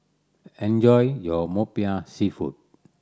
enjoy your Popiah Seafood